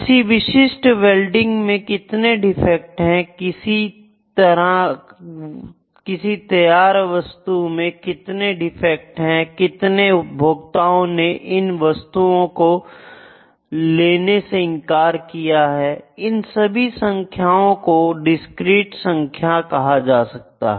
किसी विशिष्ट वेल्डिंग में कितने डिफेक्ट हैं किसी तैयार वस्तु में कितने डिफेक्ट हैं कितने उपभोक्ताओं ने इन वस्तुओं को लेने से इनकार किया है इन सभी संख्याओं को डिस्क्रीट संख्याएं कहा जा सकता है